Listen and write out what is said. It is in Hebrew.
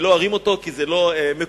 ולא ארים אותו כי זה לא מקובל.